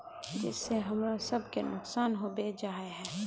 जिस से हमरा सब के नुकसान होबे जाय है?